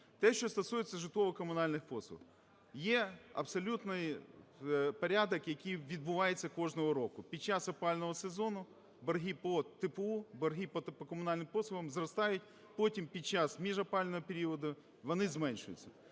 Те, що стосується житлово-комунальних послуг. Є абсолютний порядок, який відбувається кожного року. Під час опалювального сезону борги по теплу, борги по комунальним послугам зростають, потім під час міжопалювального періоду вони зменшуються.